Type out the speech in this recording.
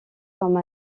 comme